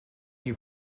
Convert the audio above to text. you